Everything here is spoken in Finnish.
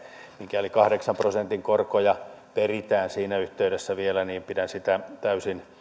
mikäli kahdeksan prosentin korkoja peritään siinä yhteydessä vielä niin pidän sitä täysin